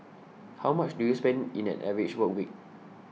how much do you spend in an average work week